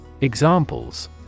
Examples